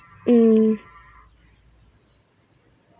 mm